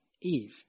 Eve